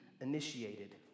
initiated